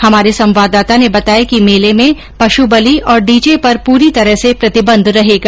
हमारे संवाददाता ने बताया कि मेले में पशुबलि और डीजे पर पूरी तरह प्रतिबंध रहेगा